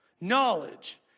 knowledge